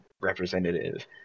representative